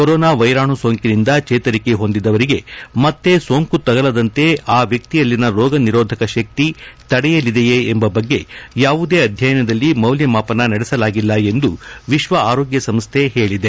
corona ವ್ಯೆರಾಣು ಸೋಂಕಿನಿಂದ ಚೇತರಿಕೆ ಹೊಂದಿದವರಿಗೆ ಮತ್ತೆ ಸೋಂಕು ತಗಲದಂತೆ ಆ ವ್ಯಕ್ತಿಯಲ್ಲಿನ ರೋಗ ನಿರೋಧಕ ಶಕ್ತಿ ತಡೆಯಲಿದೆಯೇ ಎಂಬ ಬಗ್ಗೆ ಯಾವುದೇ ಅಧ್ಯಯನದಲ್ಲಿ ಮೌಲ್ವ ಮಾಪನ ನಡೆಸಲಾಗಿಲ್ಲ ಎಂದು ವಿಶ್ವ ಆರೋಗ್ಯ ಸಂಸ್ಥೆ ಹೇಳಿದೆ